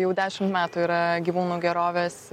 jau dešimt metų yra gyvūnų gerovės